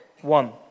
one